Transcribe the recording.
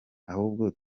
ahubwo